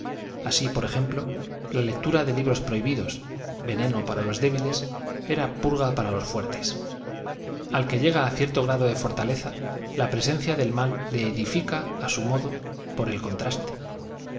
así por ejemplo la lectura de libros prohibidos veneno para los débiles era purga para los fuertes al que llega a cierto grado de fortaleza la presencia del mal le edifica a su modo por el contraste